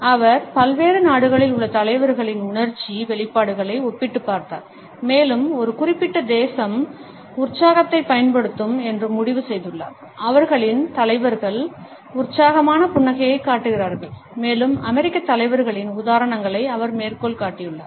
அவர் பல்வேறு நாடுகளில் உள்ள தலைவர்களின் உணர்ச்சி வெளிப்பாடுகளை ஒப்பிட்டுப் பார்த்தார் மேலும் ஒரு குறிப்பிட்ட தேசம் உற்சாகத்தைப் பயன்படுத்தும் என்று முடிவு செய்துள்ளார் அவர்களின் தலைவர்கள் உற்சாகமான புன்னகையைக் காட்டுகிறார்கள் மேலும் அமெரிக்க தலைவர்களின் உதாரணங்களை அவர் மேற்கோள் காட்டியுள்ளார்